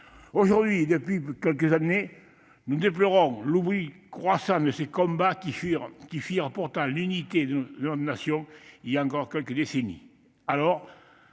Aujourd'hui et depuis quelques années, nous déplorons l'oubli croissant de ces combats, qui firent pourtant l'unité de notre nation, voilà encore quelques décennies.